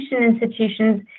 institutions